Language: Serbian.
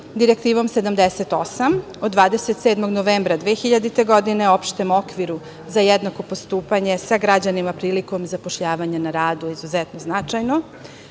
Direktivom 78 od 27. novembra 2000. godine, Opštem okviru za jednako postupanje sa građanima prilikom zapošljavanja na radu, izuzetno značajno. Kada